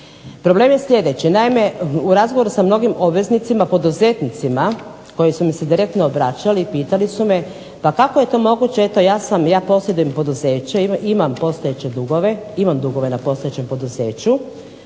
Problem je sljedeći. Naime, u razgovoru sa mnogim obveznicima poduzetnicima koji su mi se direktno obraćali i pitali su me pa kako je to moguće, eto ja posjedujem poduzeće, imam postojeće dugove, imam dugove na postojećem poduzeću,